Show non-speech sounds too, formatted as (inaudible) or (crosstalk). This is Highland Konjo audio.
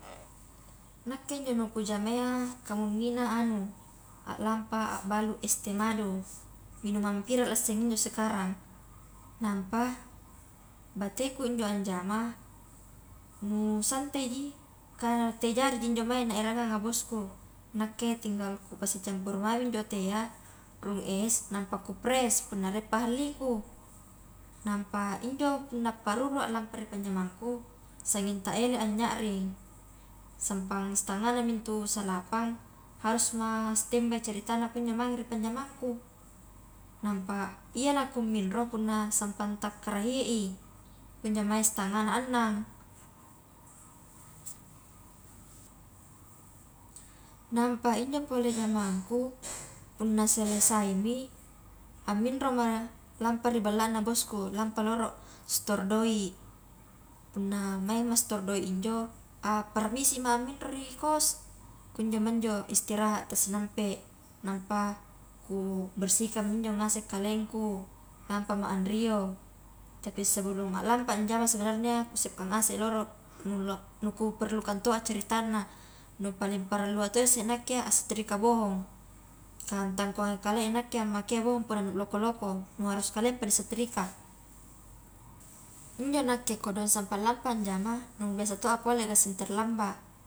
Nakke njo nu kujama ia kamunnina anu a lampa a balu es teh madu, minuman viral a sseng injo sekarang, nampa bateku njo anjama nu santaiji kah teh jariji injo mae naeranganga bosku, nakke tinggal kupasicampuru mami injo teh ya rung es nampa kupress punna rie pahalliku, nampa injo punna parurua lampa ri panjamangku, sanging ta ele a nyaring, sampang stanganami intu salapang harusma standbay ceritana kunjo mage ri panjamangku, nampa iya la kuminro punna sampang ta karahie i kunjo mae stangana annang, nampa injo pole jamangku punna selesaimi amminroma lampa ri ballana bosku lampa loro stor doi, punna maingma stor doi injo apparmisima minro ri kost, kunjoma njo istirahat ta sinampe nampa ku bersihkanmi injo ngaseng kalengku, nampama anrio, tapi sebelum alampa anjama sebenarnya ia kusiapkan ngase loro (unintelligible) nu kuperlukan to a ceritanna, nu paling parallua tosseng nakke iya astrika bohong kah tangkohakalea nakke ammakea bohong punna nu loko-loko, nu harus kaleappa ni setrika, injo nakke kodong sampang lampa a anjama nu biasa to a pole kasing terlambat.